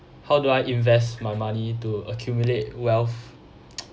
how do I invest my money to accumulate wealth